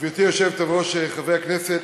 גברתי היושבת-ראש, חברי הכנסת,